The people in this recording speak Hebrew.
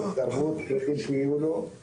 צריך שיהיו לו מתקני ספורט.